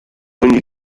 ogni